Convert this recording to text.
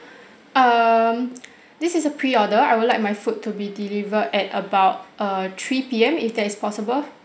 um this is a pre order I would like my food to be delivered at about err three P_M if that is possible